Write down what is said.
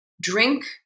drink